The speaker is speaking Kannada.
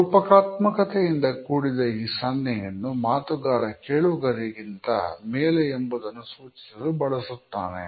ರೂಪಕಾತ್ಮಕತೆ ಇಂದ ಕೂಡಿದ ಈ ಸನ್ನೆಯನ್ನು ಮಾತುಗಾರ ಕೇಳುಗರಿಗಿಂತ ಮೇಲೆ ಎಂಬುದನ್ನು ಸೂಚಿಸಲು ಬಳಸುತ್ತಾನೆ